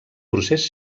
procés